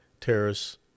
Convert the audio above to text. terrorists